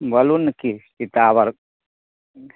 बोलू ने की किताब आर